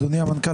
אדוני המנכ"ל,